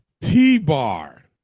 T-Bar